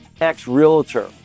ex-realtor